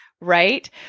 right